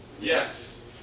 Yes